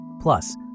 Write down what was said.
Plus